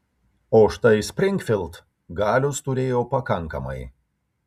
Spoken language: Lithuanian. o štai springfild galios turėjo pakankamai